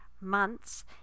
months